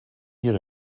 your